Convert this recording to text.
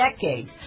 decades